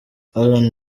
alain